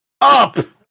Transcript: up